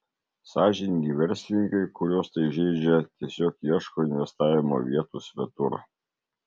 sąžiningi verslininkai kuriuos tai žeidžia tiesiog ieško investavimo vietų svetur